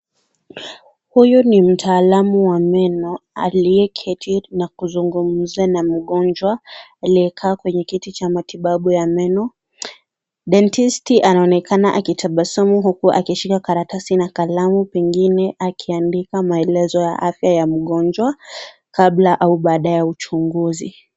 Huyu ni mtaalam wa meno aliyeketi na kuzungumza na mgonjwa, aliyekaa kwenye kiti cha matibabu ya meno. dendisti anaoneka akitabasamu huku akishika karatasi na kalamu. Pengine akiandika maelezo ya afya ya mgonjwa, kabla au baada ya uchunguzi.